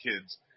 kids